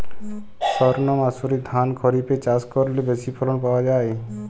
সর্ণমাসুরি ধান খরিপে চাষ করলে বেশি ফলন পাওয়া যায়?